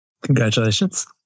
Congratulations